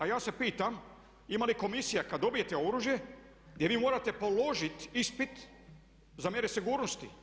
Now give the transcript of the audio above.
A ja se pitam ima li komisija kad dobijete oružje jer vi morate položiti ispit za mjere sigurnosti.